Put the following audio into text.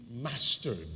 mastered